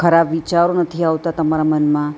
ખરાબ વિચારો નથી આવતા તમારા મનમાં